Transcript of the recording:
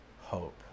hope